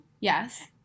Yes